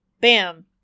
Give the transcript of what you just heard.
bam